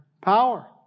power